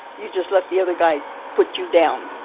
you just let the other guy put you down